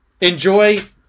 enjoy